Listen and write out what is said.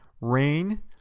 Rain